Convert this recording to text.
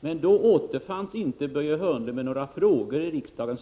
Men då återfanns inte Börje Hörnlund med några frågor i riksdagen.